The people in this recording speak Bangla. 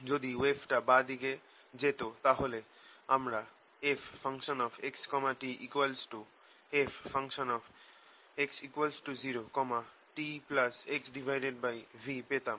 যদি ওয়েভটা বাঁ দিকে যেত তাহলে আমরা fxtfx0 txv পেতাম